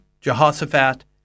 Jehoshaphat